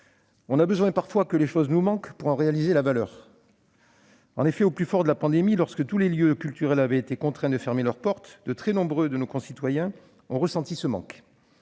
on a parfois besoin que les choses nous manquent pour en réaliser la valeur. En effet, au plus fort de la pandémie, lorsque tous les lieux culturels avaient été contraints de fermer leurs portes, nombre de nos concitoyens ont ressenti ce manque.